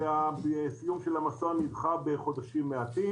והסיום של המסוע נדחה בחודשים מעטים.